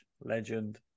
legend